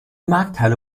markthalle